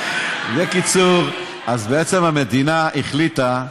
בקיצור, אז בעצם המדינה החליטה,